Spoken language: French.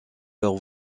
leur